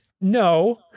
No